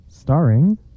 Starring